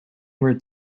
were